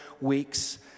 weeks